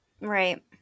Right